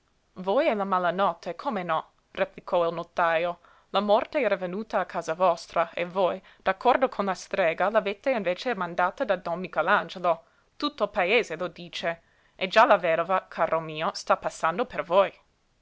e la malanotte come no replicò il notajo la morte era venuta a casa vostra e voi d'accordo con la strega l'avete invece mandata da don michelangelo tutto il paese lo dice e già la vedova caro mio sta pensando per voi